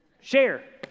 Share